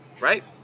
right